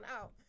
out